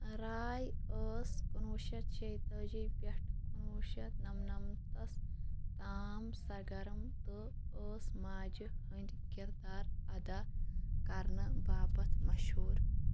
راے ٲس کُنہٕ وُہ شَتھ شیتٲجی پٮ۪ٹھ کُنہٕ وُہ شَتھ نَمنَمتَس تام سرگرم تہٕ ٲس ماجہِ ہٕنٛدۍ کِردار ادا کرنہٕ باپتھ مشہوٗر